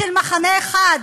של מחנה אחד.